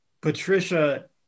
Patricia